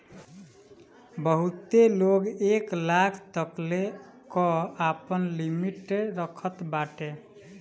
बहुते लोग एक लाख तकले कअ आपन लिमिट रखत बाटे